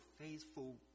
faithful